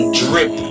drip